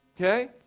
Okay